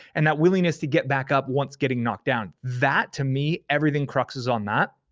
and that willingness to get back up once getting knocked down. that to me, everything cruxes on that,